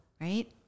right